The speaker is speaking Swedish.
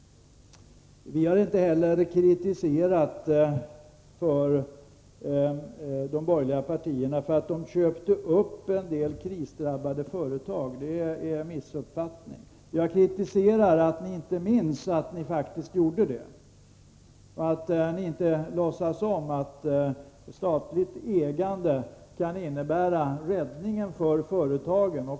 Vi har inte heller kritiserat de borgerliga partierna för att de i regeringsställning köpte upp en del krisdrabbade företag — det är en missuppfattning. Jag kritiserar att ni inte minns att ni faktiskt gjorde det och att ni inte låtsas om att statligt ägande kan innebära räddningen för företagen.